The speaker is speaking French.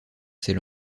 ces